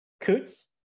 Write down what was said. Coots